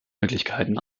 möglichkeiten